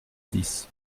dix